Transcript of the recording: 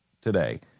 today